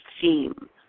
theme